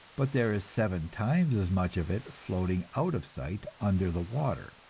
but there is seven times as much of it floating out of sight under the water.